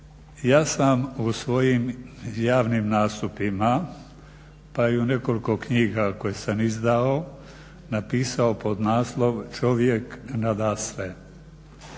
Ja sam u svojim javnim nastupima pa i u nekoliko knjiga koje sam izdao napisao podnaslov – Čovjek nadasve.